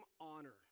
honor